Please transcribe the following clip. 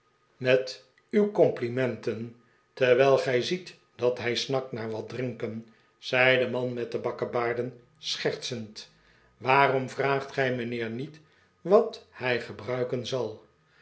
met uw complimenten terwijl gij ziet dat hij snakt naar wat drinken zei de man met de bakkebaarden schertsend waarom vraagt gij mijnheer niet wat hij gebruiken zal